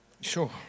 sure